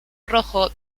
rojo